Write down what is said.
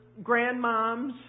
grandmoms